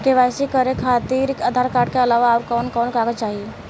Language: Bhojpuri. के.वाइ.सी करे खातिर आधार कार्ड के अलावा आउरकवन कवन कागज चाहीं?